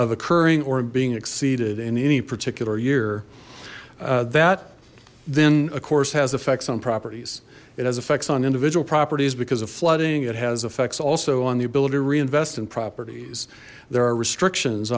occurring or being exceeded in any particular year that then of course has effects on properties it has effects on individual properties because of flooding it has effects also on the ability to reinvest in properties there are restrictions